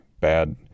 bad